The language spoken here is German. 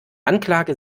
anklage